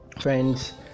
Friends